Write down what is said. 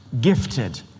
gifted